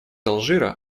алжира